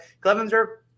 Clevenger